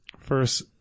First